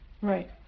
Right